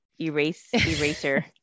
eraser